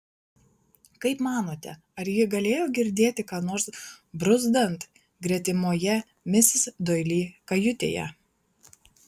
kaip manote ar ji galėjo girdėti ką nors bruzdant gretimoje misis doili kajutėje